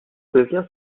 devient